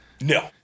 No